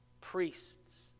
priests